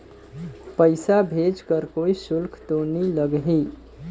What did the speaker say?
पइसा भेज कर कोई शुल्क तो नी लगही?